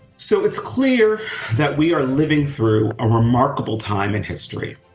so it's clear that we are living through a remarkable time in history.